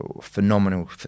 phenomenal